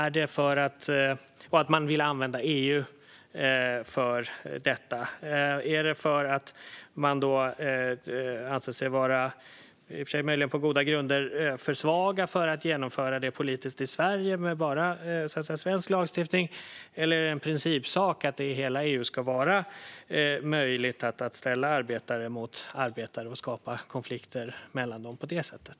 Ni vill också använda EU för detta. Beror det på att man - i och för sig möjligen på goda grunder - anser sig vara för svag för att genomföra detta politiskt i Sverige med enbart svensk lagstiftning? Eller är det en principsak att det i hela EU ska vara möjligt att ställa arbetare mot arbetare och skapa konflikter mellan dem på det sättet?